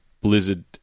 Blizzard